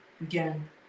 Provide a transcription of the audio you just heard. again